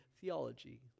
theology